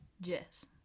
Jess